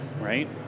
right